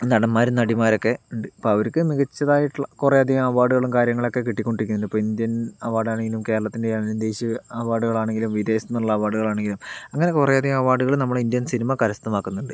നടന്മാരും നടിമാരുമൊക്കെ ഉണ്ട് അപ്പോൾ അവർക്ക് മികച്ചതായിട്ടുള്ള കുറേ അധികം അവാർഡുകളും കാര്യങ്ങളൊക്കെ കിട്ടിക്കൊണ്ടിരിക്കുന്നുണ്ട് ഇപ്പോൾ ഇന്ത്യൻ അവാർഡാണെങ്കിലും കേരളത്തിൻ്റെ ആണെങ്കിലും ദേശിയ അവാർഡുകളാണെങ്കിലും വിദേശത്ത് നിന്നുള്ള അവാർഡുകളാണെങ്കിലും അങ്ങനെ കുറേ അധികം അവാർഡുകൾ നമ്മുടെ ഇന്ത്യൻ സിനിമ കരസ്ഥമാക്കുന്നുണ്ട്